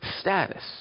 status